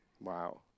Wow